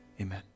Amen